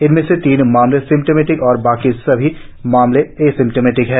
इनमें से तीन मामले सिम्टमेटिक और बाकी सभी मामले एसिम्टमेटीक हैं